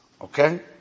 Okay